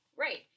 Right